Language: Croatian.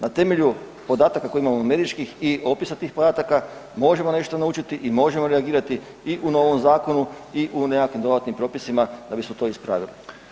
Na temelju podataka koje imamo numeričkih i opisa tih podataka možemo nešto naučiti i možemo reagirati i u novom zakonu i u nekakvim dodatnim propisima da bismo to ispravili.